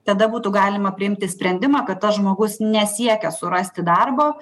tada būtų galima priimti sprendimą kad tas žmogus nesiekia surasti darbo